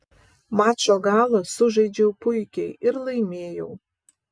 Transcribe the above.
mačo galą sužaidžiau puikiai ir laimėjau